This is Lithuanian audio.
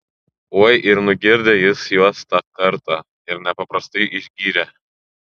oi ir nugirdė jis juos tą kartą ir nepaprastai išgyrė